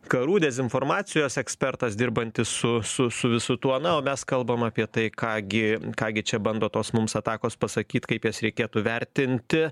karų dezinformacijos ekspertas dirbantis su su su visu tuo na o mes kalbam apie tai ką gi ką gi čia bando tos mums atakos pasakyt kaip jas reikėtų vertinti